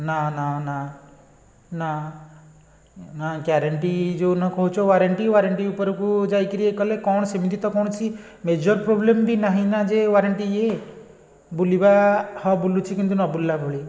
ନା ନା ନା ନା ନା ଗ୍ୟାରେଣ୍ଟି ଯେଉଁଦିନ କହୁଛ ୱାରେଣ୍ଟି ୱାରେଣ୍ଟି ଉପରକୁ ଯାଇକରି ଇଏ କଲେ କ'ଣ ସେମିତି ତ କୌଣସି ମେଜର ପ୍ରୋବ୍ଲେମ୍ ବି ନାହିଁ ନା ଯେ ୱାରେଣ୍ଟି ଇଏ ବୁଲିବା ହଁ ବୁଲୁଛି କିନ୍ତୁ ନ ବୁଲିଲା ଭଳି